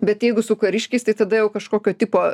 bet jeigu su kariškiais tai tada jau kažkokio tipo